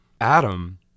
Adam